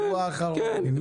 שבוע אחרון.